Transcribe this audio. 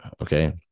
okay